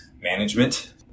management